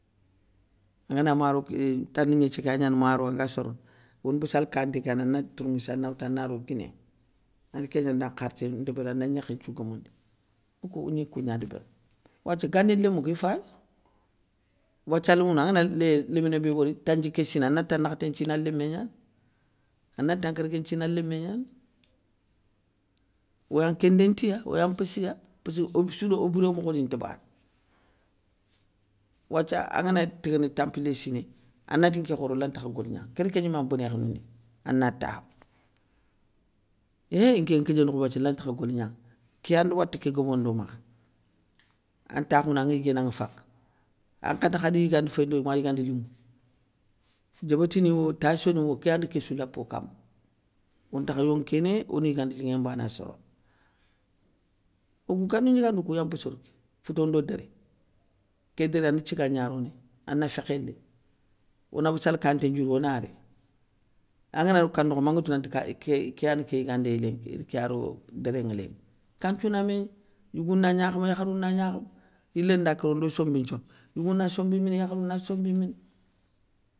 Angana maro ké ntani gnéthié kéya gnana maro anga sorono, wone bassale kawanté kéyana ana tourmoussi ana woutou ana ro guiné ande kégna nda nkharté ndébéri, ana gnékhé nthiou gomoundi, okou ogni kougna débérini. Wathia gani lémou kou ifayiwathia lémounou angana lé léminé bé wori tandjiké siné ana tanakhté nthinalémé gnani, ana tankérgué nthinalémé gnani, oya nkéndé nti ya, oya mpossiya, pésskeu ogue souydo o biré mokho ni nta bana. Wathia angana gni taŋana tampilé siné, anati nké khoro lantakha golignanŋa, két kén ndima ma boné khénoundinŋe, ana takhou hééé nké ga kigné nokhou bé wathia lantakha golignanŋa, kéyandi waté ké gobondi o makha. An takhouna anŋa yiguéné anŋa faka, ankate khadi yigande féyindo ma yigande linŋou, diébétini wo tassio ni wo kéya ni késsou lapo kama, ontakha yonkéné ona yigande linŋé mbana sorono. Okou gani gnigandou kou ya mpossoda ké, fouto ndo déré, ké déré ane thiga gna ronéy, ana fékhé léy, ona bassale kawanté ndiouri ona réy, angana ro kana nokho mangari tou nanti kay ké kéyani ké yigandéy lénki, ir kéya ro dérénŋa lénki, kanthiou na mégni, yougou na gnakhama yakharou na gnakhama, yilé nda kéré ondo sombi nthioro, yougou na sombi mini yakharou na sombi mini.